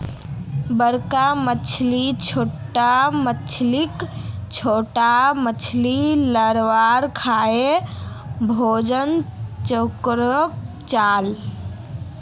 बड़का मछली छोटो मछलीक, छोटो मछली लार्वाक खाएं भोजन चक्रोक चलः